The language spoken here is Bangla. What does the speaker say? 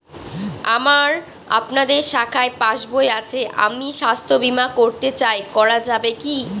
আমার আপনাদের শাখায় পাসবই আছে আমি স্বাস্থ্য বিমা করতে চাই করা যাবে কি?